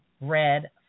red